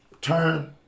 turn